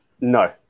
No